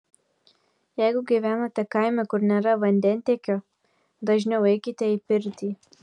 jeigu gyvenate kaime kur nėra vandentiekio dažniau eikite į pirtį